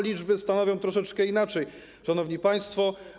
Liczby stanowią troszeczkę inaczej, szanowni państwo.